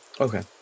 Okay